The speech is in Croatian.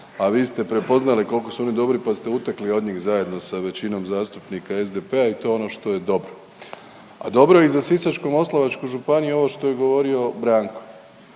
a vi ste prepoznali koliko su oni dobri, pa ste utekli od njih zajedno sa većinom zastupnika SDP-a i to je ono što je dobro. A dobro je i za Sisačko-moslavačku županiju ovo što je govorio Branko,